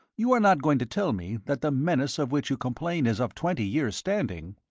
you are not going to tell me that the menace of which you complain is of twenty years' standing?